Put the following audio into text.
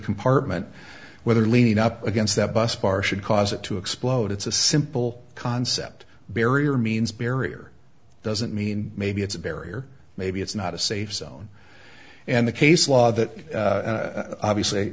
compartment where they're leaning up against that bus bar should cause it to explode it's a simple concept barrier means barrier doesn't mean maybe it's a barrier maybe it's not a safe zone and the case law that